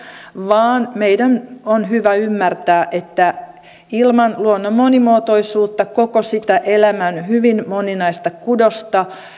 vaan meidän on hyvä ymmärtää että ilman luonnon monimuotoisuutta koko sitä elämän hyvin moninaista kudosta